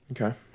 Okay